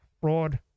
fraud